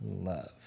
love